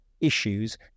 issues